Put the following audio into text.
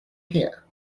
here